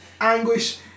Anguish